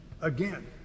again